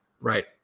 right